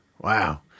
wow